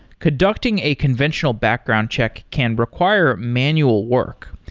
conducting a conventional background check can require manual work,